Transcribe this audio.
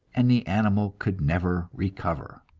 and the animal could never recover.